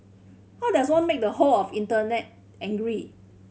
how does one make the whole of Internet angry